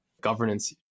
governance